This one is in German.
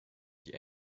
die